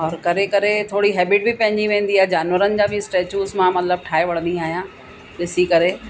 और करे करे थोरी हैबिट बि पइजी वेंदी आहे जानवरनि जा बि स्टैचुस मां मतिलबु ठाहे वठंदी आहियां ॾिसी करे